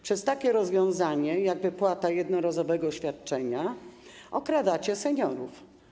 Przez takie rozwiązanie jak wypłata jednorazowego świadczenia okradacie seniorów.